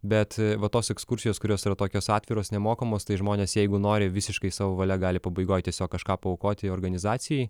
bet va tos ekskursijos kurios yra tokios atviros nemokamos tai žmonės jeigu nori visiškai savo valia gali pabaigoj tiesiog kažką paaukoti organizacijai